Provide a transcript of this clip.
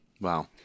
Wow